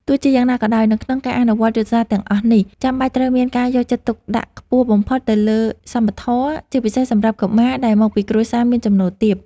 ទោះជាយ៉ាងណាក៏ដោយ នៅក្នុងការអនុវត្តយុទ្ធសាស្ត្រទាំងអស់នេះ ចាំបាច់ត្រូវមានការយកចិត្តទុកដាក់ខ្ពស់បំផុតទៅលើសមធម៌ ជាពិសេសសម្រាប់កុមារដែលមកពីគ្រួសារមានចំណូលទាប។